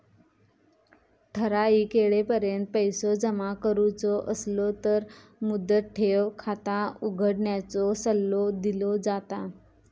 ठराइक येळेपर्यंत पैसो जमा करुचो असलो तर मुदत ठेव खाता उघडण्याचो सल्लो दिलो जाता